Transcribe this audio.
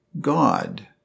God